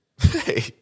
Hey